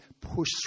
push